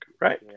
right